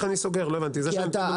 לא הבנתי איך אני סוגר.